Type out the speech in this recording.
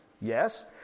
Yes